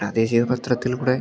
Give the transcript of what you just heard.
പ്രാദേശിക പത്രത്തിലൂടെ